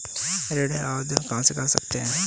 ऋण आवेदन कहां से कर सकते हैं?